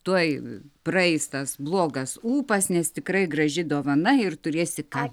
tuoj praeis tas blogas ūpas nes tikrai graži dovana ir turėsi ką